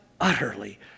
utterly